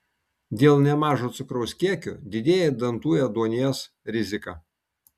dėl nemažo cukraus kiekio didėja dantų ėduonies rizika